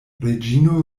reĝino